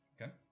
Okay